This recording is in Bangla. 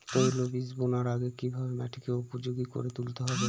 তৈলবীজ বোনার আগে কিভাবে মাটিকে উপযোগী করে তুলতে হবে?